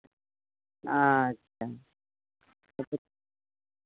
अच्छा चलू